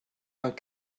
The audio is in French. vingt